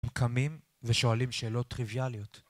הם קמים ושואלים שאלות טריוויאליות